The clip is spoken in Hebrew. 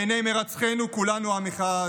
בעיני מרצחינו כולנו עם אחד: